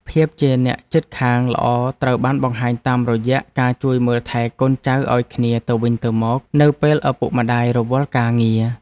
ភាពជាអ្នកជិតខាងល្អត្រូវបានបង្ហាញតាមរយៈការជួយមើលថែកូនចៅឱ្យគ្នាទៅវិញទៅមកនៅពេលឪពុកម្ដាយរវល់ការងារ។